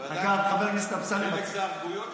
ועדיין חלק זה ערבויות,